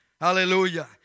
Hallelujah